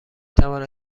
توانم